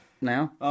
now